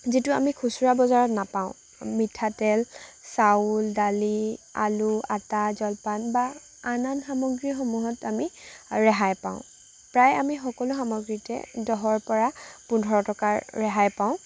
যিটো আমি খুচুৰা বজাৰত নাপাওঁ মিঠাতেল চাউল দালি আলু আটা জলপান বা আন আন সামগ্ৰীসমূহত আমি ৰেহাই পাওঁ প্ৰায় আমি সকলো সামগ্ৰীতে দহৰ পৰা পোন্ধৰ টকা ৰেহাই পাওঁ